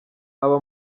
aba